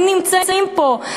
הם נמצאים פה,